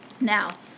Now